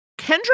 kendra